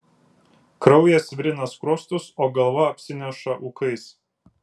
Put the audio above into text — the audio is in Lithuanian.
kraujas virina skruostus o galva apsineša ūkais